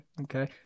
okay